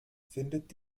findet